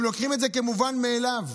הם לוקחים את זה כמובן מאליו.